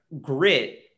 grit